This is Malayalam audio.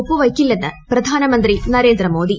ഒപ്പുവയ്ക്കില്ലെന്ന് പ്രധാനമന്ത്രി നരേന്ദ്രമോദി